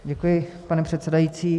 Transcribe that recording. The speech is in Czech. Děkuji, pane předsedající.